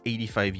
85